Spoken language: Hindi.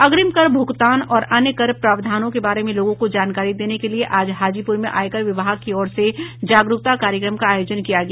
अग्रिम कर भुगतान और अन्य कर प्रावधानों के बारे में लोगों को जानकारी देने के लिए आज हाजीपूर में आयकर विभाग की ओर से जागरूकता कार्यक्रम का आयोजन किया गया